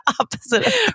opposite